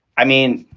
i mean,